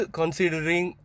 considering